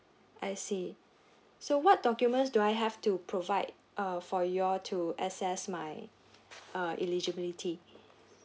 I see so what documents do I have to provide uh for you all to assess my uh eligibility